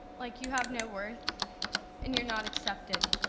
like you have no worth and you're not accepted.